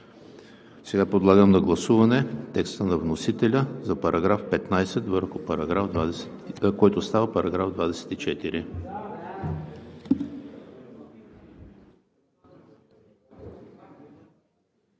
Сега подлагам на гласуване текста на вносителя за § 15, който става § 24.